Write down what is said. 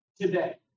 today